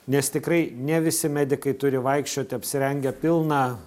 nes tikrai ne visi medikai turi vaikščioti apsirengę pilna